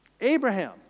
Abraham